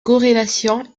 corrélation